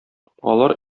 алар